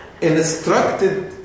instructed